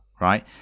right